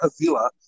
Avila